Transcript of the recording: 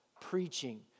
preaching